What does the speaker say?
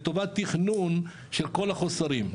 לטובת תכנון של כל החוסרים.